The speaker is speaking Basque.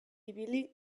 ibil